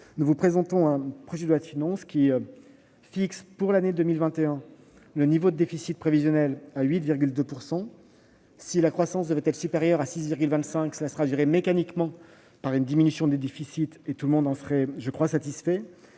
nous vous présentons un projet de loi de finances qui fixe pour l'année 2021 un niveau du déficit prévisionnel à 8,2 %. Si la croissance devait être supérieure à 6,25 %, cela se traduirait mécaniquement par une diminution des déficits ; tout le monde en serait satisfait.